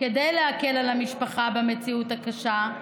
כדי להקל על המשפחה במציאות הקשה,